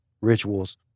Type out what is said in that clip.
rituals